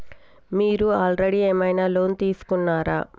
మీరు ఆల్రెడీ ఏమైనా లోన్ తీసుకున్నారా?